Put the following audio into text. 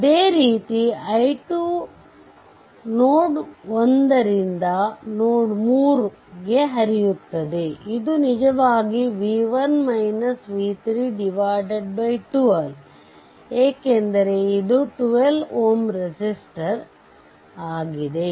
ಅದೇ ರೀತಿ i 2 node 1 ರಿಂದ ನೋಡ್ 3 ಗೆ ಹರಿಯುತ್ತದೆ ಇದು ನಿಜವಾಗಿ v1 v3 12 ಏಕೆಂದರೆ ಇದು 12 Ω ರೆಸಿಸ್ಟರ್ ಆಗಿದೆ